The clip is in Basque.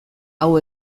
hau